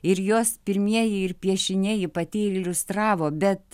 ir jos pirmieji ir piešiniai ji pati ir iliustravo bet